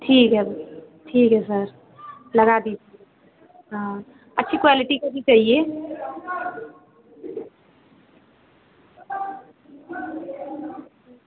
ठीक है ठीक है सर लगा दी हाँ अच्छी क्वालिटी का भी चाहिए